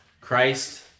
Christ